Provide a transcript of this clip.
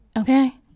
Okay